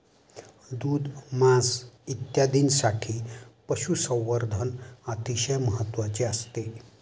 दूध, मांस इत्यादींसाठी पशुसंवर्धन अतिशय महत्त्वाचे असते